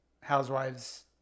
Housewives